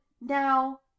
now